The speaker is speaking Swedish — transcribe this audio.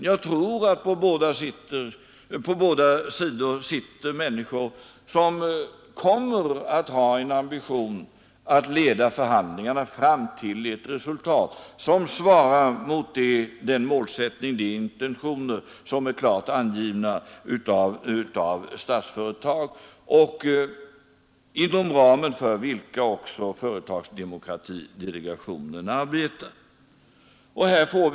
Jag tror att där på båda sidor sitter människor, som kommer att ha en ambition att leda förhandlingarna fram till ett resultat, som svarar mot den målsättning och de intentioner som är klart angivna av Statsföretag AB och inom ramen för vilka också företagsdemokratidelegationen arbetar.